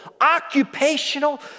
occupational